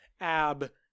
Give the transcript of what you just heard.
ab